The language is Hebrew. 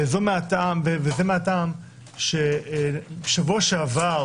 וזה מהטעם שבשבוע שעבר,